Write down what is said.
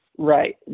Right